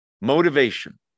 Motivation